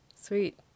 Sweet